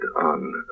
on